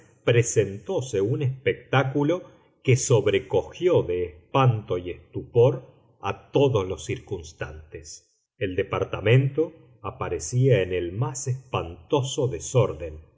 presentóse un espectáculo que sobrecogió de espanto y estupor a todos los circunstantes el departamento aparecía en el más espantoso desorden